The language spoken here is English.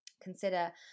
consider